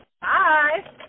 Bye